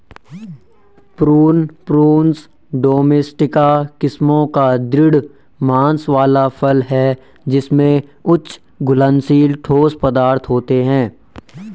prune, prunus domestica किस्मों का दृढ़ मांस वाला फल है जिसमें उच्च घुलनशील ठोस पदार्थ होते हैं